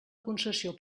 concessió